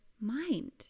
mind